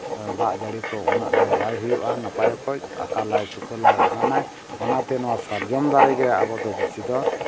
ᱫᱟᱜ ᱡᱟᱹᱲᱤ ᱠᱚ ᱩᱱᱟᱹᱜ ᱫᱚ ᱵᱟᱭ ᱦᱩᱭᱩᱜᱼᱟ ᱱᱟᱯᱟᱭ ᱚᱠᱚᱡ ᱟᱠᱟᱞᱟᱭ ᱥᱩᱠᱟᱹᱞᱟᱭ ᱮᱢᱟᱱᱟᱭ ᱚᱱᱟᱛᱮ ᱱᱚᱣᱟ ᱥᱟᱨᱡᱚᱢ ᱫᱟᱨᱮᱜᱮ ᱟᱵᱚᱫᱚ ᱵᱮᱥᱤ ᱫᱚ